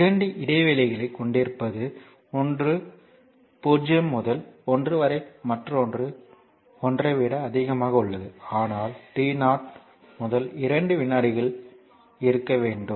எனவே 2 இடைவெளிகளைக் கொண்டிருப்பது ஒன்று 0 முதல் 1 வரை மற்றொன்று 1 ஐ விட அதிகமாக உள்ளது ஆனால் t 0 முதல் 2 வினாடிகளில் இருக்க வேண்டும்